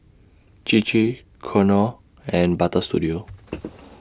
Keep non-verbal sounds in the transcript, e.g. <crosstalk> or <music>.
Chir Chir Knorr and Butter Studio <noise>